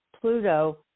Pluto